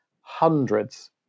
hundreds